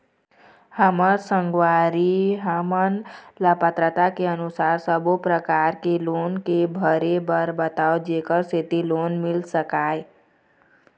हमर संगवारी हमन ला पात्रता के अनुसार सब्बो प्रकार के लोन के भरे बर बताव जेकर सेंथी लोन मिल सकाए?